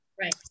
Right